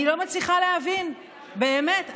אני לא מצליחה להבין, באמת.